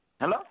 Hello